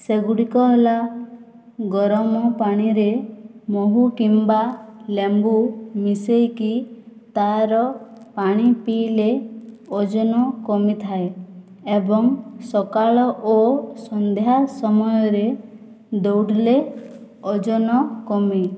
ସେଗୁଡ଼ିକ ହେଲା ଗରମ ପାଣିରେ ମହୁ କିମ୍ବା ଲେମ୍ବୁ ମିସେଇକି ତାର ପାଣି ପିଇଲେ ଓଜନ କମିଥାଏ ଏବଂ ସକାଳ ଓ ସନ୍ଧ୍ୟା ସମୟରେ ଦୌଡ଼ିଲେ ଓଜନ କମେ